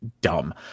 dumb